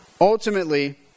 Ultimately